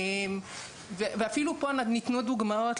ואפילו ניתנו פה דוגמאות,